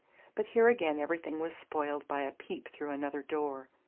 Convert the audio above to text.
but here again everything was spoiled by a peep through another door.